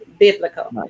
biblical